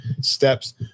steps